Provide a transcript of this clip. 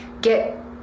get